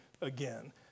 again